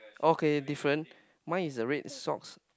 okay different mine is a red socks